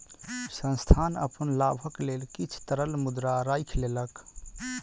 संस्थान अपन लाभक लेल किछ तरल मुद्रा राइख लेलक